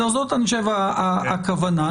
אני חושב שזאת הכוונה.